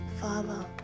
father